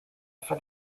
for